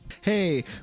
hey